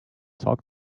talk